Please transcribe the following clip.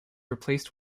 replaced